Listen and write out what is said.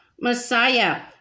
Messiah